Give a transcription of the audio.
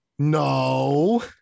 no